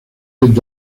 dos